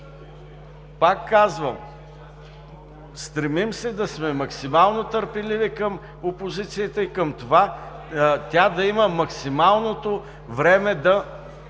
Пак казвам – стремим се да сме максимално търпеливи към опозицията и към това тя да има максималното време да